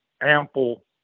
ample